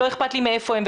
לא אכפת לי מאיפה הם,